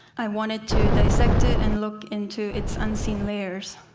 i wanted to dissect it and look into its unseen layers.